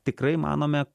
tikrai manome